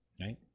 right